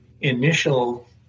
initial